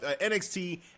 NXT